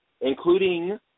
including